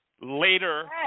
later